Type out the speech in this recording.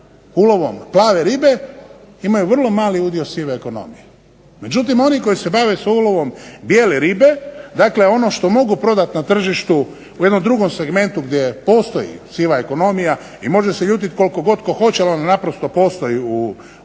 ulovom plave ribe imaju vrlo mali udio sive ekonomije. Međutim, oni koji se bave sa ulovom bijele ribe, dakle ono što mogu prodati na tržištu u jednom drugom segmentu gdje postoji siva ekonomija i može se ljutit koliko god tko hoće ali ona naprosto postoji u